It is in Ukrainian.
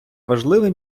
важливе